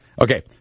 okay